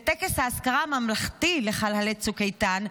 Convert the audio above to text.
בטקס האזכרה הממלכתי לחללי צוק איתן,